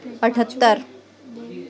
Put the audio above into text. अठहतरि